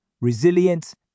resilience